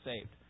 saved